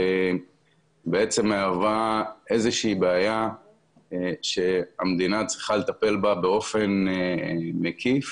היא בעצם מהווה איזו שהיא בעיה שהמדינה צריכה לטפל בה באופן מקיף.